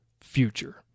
future